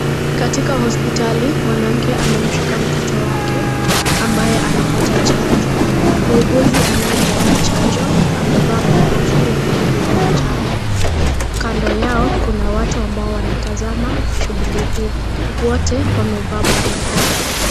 Katika hospitali mwanamke amemshika mtoto wake ambaye anapata chanjo. Muuguzi anayepeana chanjo, amevaa mavazi ya rangi ya manjano. Kando yao kuna watu ambao wanatazama shuguli hii, wote wamevaa barakoa.